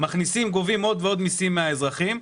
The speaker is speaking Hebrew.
גובים עוד ועוד מיסים מהאזרחים,